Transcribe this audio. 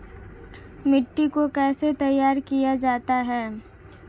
मिट्टी को कैसे तैयार किया जाता है?